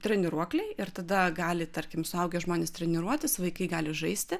treniruokliai ir tada gali tarkim suaugę žmonės treniruotis vaikai gali žaisti